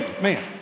man